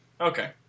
Okay